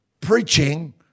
preaching